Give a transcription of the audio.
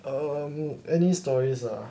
um any stories ah